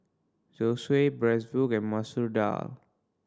Zosui Bratwurst and Masoor Dal